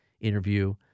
interview